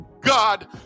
god